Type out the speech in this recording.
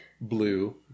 Blue